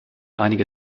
einige